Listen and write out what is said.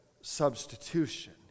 substitution